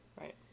right